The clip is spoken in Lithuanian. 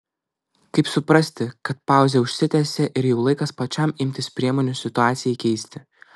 kaip suprasti kad pauzė užsitęsė ir jau laikas pačiam imtis priemonių situacijai keisti